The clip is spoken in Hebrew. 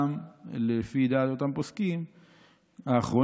גם לפי דעת אותם פוסקים אחרונים,